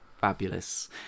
Fabulous